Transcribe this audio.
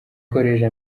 collège